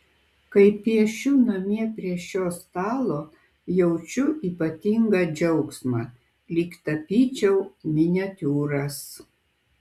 kai piešiu namie prie šio stalo jaučiu ypatingą džiaugsmą lyg tapyčiau miniatiūras